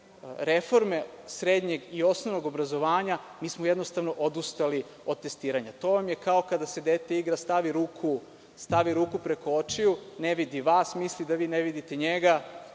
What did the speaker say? reforme srednjeg i osnovnog obrazovanja, mi smo jednostavno odustali od testiranja. To vam je kao kada se dete igra, stavi ruku preko očiju, ne vidi vas, misli da vi ne vidite njega